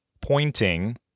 pointing